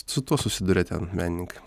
su tuo susiduria ten menininkai